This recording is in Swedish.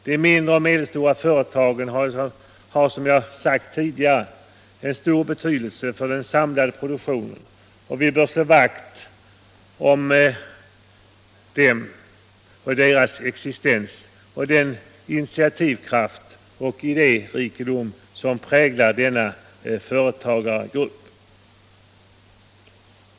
De mindre och medelstora företagen har, som jag tidigare sagt, en stor betydelse för den samlade produktionen och vi bör slå vakt om deras existens och den initiativkraft och idérikedom som präglar denna företagargrupp.